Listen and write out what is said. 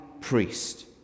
priest